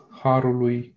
harului